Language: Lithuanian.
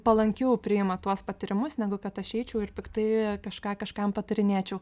palankiau priima tuos patarimus negu kad aš eičiau ir piktai kažką kažkam patarinėčiau